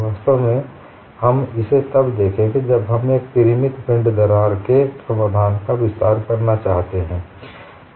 वास्तव में हम इसे तब देखेंगे जब हम एक परिमित पिंड दरार प्रश्न के समाधान का विस्तार करना चाहते हों